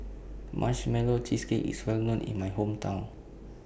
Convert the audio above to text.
Marshmallow Cheesecake IS Well known in My Hometown